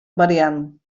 variant